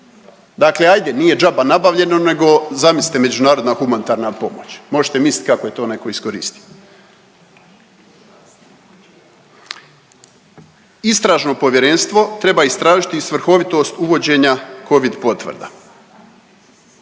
Dakle, ajde, nije đaba nabavljeno nego zamislite međunarodna humanitarna pomoć. Možete mislit kako je to netko iskoristio. Istražno povjerenstvo treba istražiti svrhovitost uvođenja Covid potvrda.